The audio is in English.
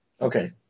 Okay